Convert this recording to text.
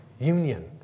Union